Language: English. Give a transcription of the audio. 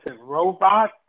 robot